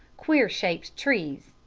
queer-shaped trees,